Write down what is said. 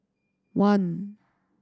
one